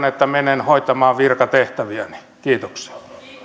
että menen hoitamaan virkatehtäviäni kiitoksia